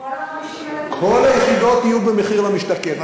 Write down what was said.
כל היחידות יהיו במחיר למשתכן.